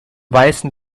weißen